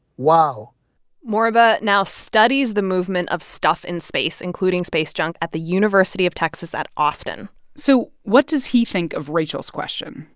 wow moriba now studies the movement of stuff in space, including space junk, at the university of texas at austin so what does he think of rachel's question?